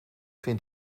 vind